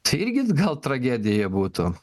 tai irgi gal tragedija būtų